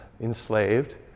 enslaved